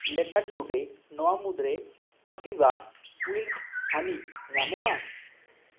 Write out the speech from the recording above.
letter today ᱱᱚᱣᱟ ᱢᱩᱫᱽᱨᱮ ᱠᱟᱪᱷᱤᱵᱟ ᱩᱭᱤᱞᱰ ᱦᱟᱹᱱᱤ ᱧᱟᱢᱚᱜᱼᱟ